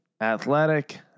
Athletic